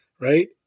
right